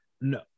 No